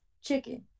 chicken